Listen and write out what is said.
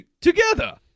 Together